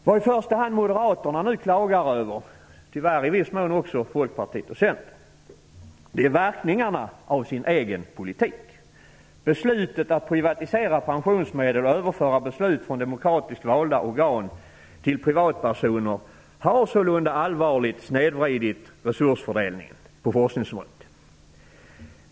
Vad i första hand Moderaterna nu klagar över, och tyvärr också Folkpartiet och Centern i viss mån, är verkningarna av sin egen politik. Beslutet att privatisera pensionsmedel och överföra beslut från demokratiskt valda organ till privatpersoner har sålunda inneburit en allvarlig snedvridning av resursfördelningen på forskningsområdet.